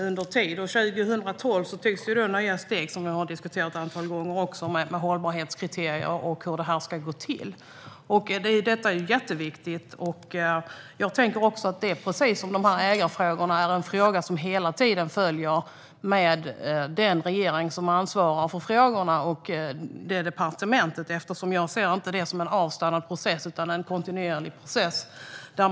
2012 togs det nya steg - vilket vi också har diskuterat ett antal gånger - med hållbarhetskriterier och hur det ska gå till. Det är jätteviktigt. Ägarfrågorna följer hela tiden med den ansvariga regeringen och det ansvariga departementet. Jag ser det inte som en avstannad process utan som en kontinuerlig process.